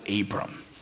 Abram